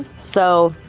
so.